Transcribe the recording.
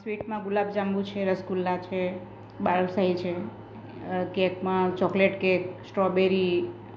સ્વીટમાં ગુલાબજાંબુ છે રસગુલ્લા છે બાલુશાહી છે કેકમાં ચોકલેટ કેક સ્ટ્રોબેરી